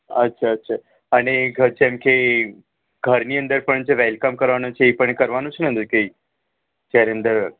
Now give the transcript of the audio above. અચ્છા અચ્છા અને ઘર જેમ કે ઘરની અંદર પણ જે વૅલકમ કરવાનું છે એ પણ કરવાનું છે ને અંદર કે જ્યારે અંદર